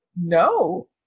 No